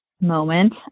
moment